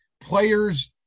players